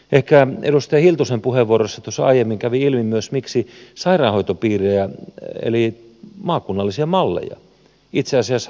ehkä edustaja hiltusen puheenvuorossa tuossa aiemmin kävi ilmi myös miksi sairaanhoitopiirejä eli maakunnallisia malleja itse asiassa vastustetaan